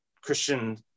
Christian